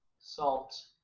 salt